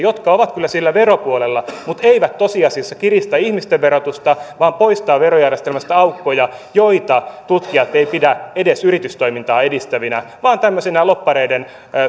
niin että ne ovat kyllä sillä veropuolella mutta eivät tosiasiassa kiristä ihmisten verotusta vaan poistavat verojärjestelmästä aukkoja joita tutkijat eivät pidä edes yritystoimintaa edistävinä vaan tämmöisinä lobbareiden